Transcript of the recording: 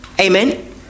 Amen